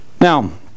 Now